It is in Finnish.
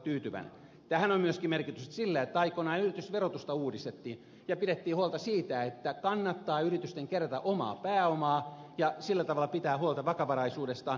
tässä on myöskin merkitystä sillä että aikoinaan yritysverotusta uudistettiin ja pidettiin huolta siitä että yritysten kannattaa kerätä omaa pääomaa ja sillä tavalla pitää huolta vakavaraisuudestaan